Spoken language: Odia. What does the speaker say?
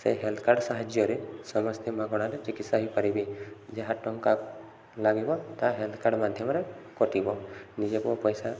ସେ ହେଲ୍ଥ କାର୍ଡ଼ ସାହାଯ୍ୟରେ ସମସ୍ତେ ମାଗଣାରେ ଚିକିତ୍ସା ହେଇପାରିବେ ଯାହା ଟଙ୍କା ଲାଗିବ ତାହା ହେଲ୍ଥ କାର୍ଡ଼ ମାଧ୍ୟମରେ କଟିବ ନିଜକୁ ପଇସା